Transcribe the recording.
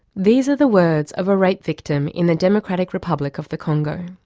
these are the words of a rape victim in the democratic republic of the congo.